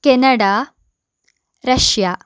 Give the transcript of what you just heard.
Canada Russia